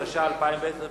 התש"ע 2010,